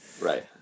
Right